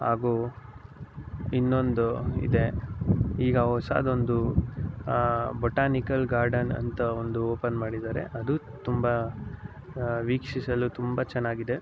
ಹಾಗೂ ಇನ್ನೊಂದು ಇದೆ ಈಗ ಹೊಸದೊಂದು ಬಟಾನಿಕಲ್ ಗಾರ್ಡನ್ ಅಂತ ಒಂದು ಓಪನ್ ಮಾಡಿದ್ದಾರೆ ಅದು ತುಂಬ ವೀಕ್ಷಿಸಲು ತುಂಬ ಚೆನ್ನಾಗಿದೆ